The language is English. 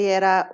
era